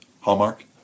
Hallmark